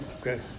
Okay